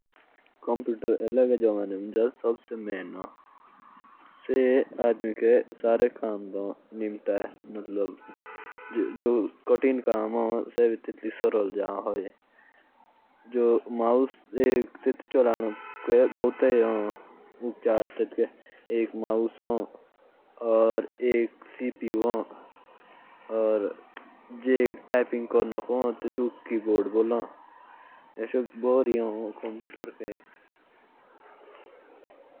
जो कम्प्युटर होता है उसको चलाने के लिए सबसे पहले माउस कीबोर्ड और सीपीयू।